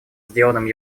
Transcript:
сделанным